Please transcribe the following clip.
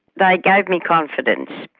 they gave me confidence.